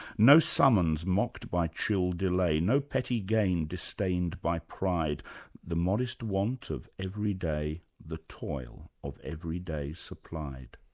no summons mocked by chill delay no petty gain disdained by pride the modest wants of every day the toil of every day supplied.